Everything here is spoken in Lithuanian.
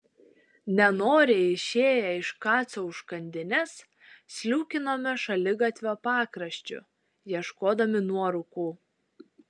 nenoriai išėję iš kaco užkandinės sliūkinome šaligatvio pakraščiu ieškodami nuorūkų